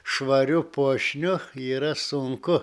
švariu puošniu yra sunku